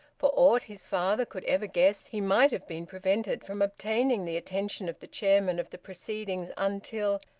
for aught his father could ever guess he might have been prevented from obtaining the attention of the chairman of the proceedings until,